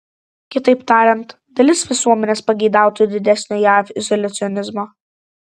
kitaip tariant dalis visuomenės pageidautų didesnio jav izoliacionizmo